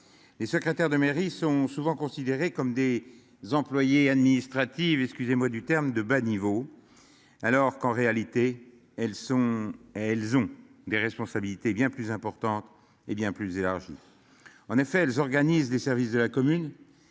Les secrétaires de mairie sont souvent considérés comme des employés administrative excusez-moi du terme de bas niveau. Alors qu'en réalité elles sont, elles ont des responsabilités bien plus importante. Hé bien plus élargie. En effet, elles organisent des services de la commune.